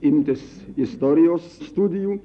imtis istorijos studijų